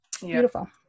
Beautiful